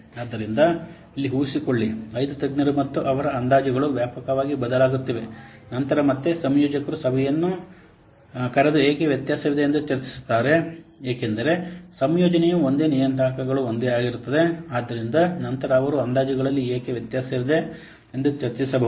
ಆದ್ದರಿಂದ ಇಲ್ಲಿ ಊಹಿಸಿಕೊಳ್ಳಿ ಐದು ತಜ್ಞರು ಮತ್ತು ಅವರ ಅಂದಾಜುಗಳು ವ್ಯಾಪಕವಾಗಿ ಬದಲಾಗುತ್ತಿವೆ ನಂತರ ಮತ್ತೆ ಸಂಯೋಜಕರು ಸಭೆಯನ್ನು ಕರೆದು ಏಕೆ ವ್ಯತ್ಯಾಸವಿದೆ ಎಂದು ಚರ್ಚಿಸುತ್ತಾರೆ ಏಕೆಂದರೆ ಯೋಜನೆಯು ಒಂದೇ ನಿಯತಾಂಕಗಳು ಒಂದೇ ಆಗಿರುತ್ತದೆ ಆದ್ದರಿಂದ ನಂತರ ಅವರು ಅಂದಾಜುಗಳಲ್ಲಿ ಏಕೆ ವ್ಯತ್ಯಾಸವಿದೆ ಎಂದು ಚರ್ಚಿಸಿರಬಹುದು